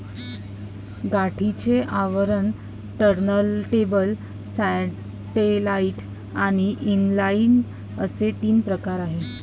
गाठीचे आवरण, turntable, satellite आणि इनलाइन असे तीन प्रकार आहे